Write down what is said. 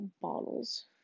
bottles